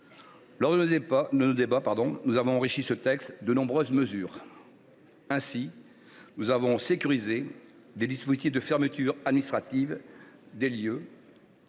Lors de nos débats, nous avons enrichi le texte de nombreuses mesures. Nous avons ainsi sécurisé les dispositifs de fermeture administrative des lieux